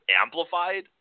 amplified